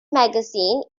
magazine